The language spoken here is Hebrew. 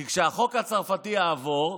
כי כשהחוק הצרפתי יעבור,